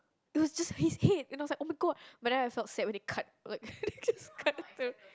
it was just his head and I was like [oh]-my-god but then I felt sad when it cut like it gets cut to